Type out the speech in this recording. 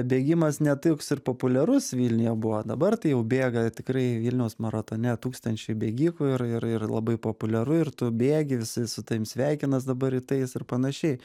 bėgimas ne toks ir populiarus vilniuje buvo dabar tai jau bėga tikrai vilniaus maratone tūkstančiai bėgikų ir ir ir labai populiaru ir tu bėgi visi su tavim sveikinas dabar rytais ir panašiai